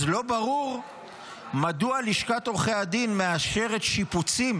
אז לא ברור מדוע לשכת עורכי הדין מאשרת שיפוצים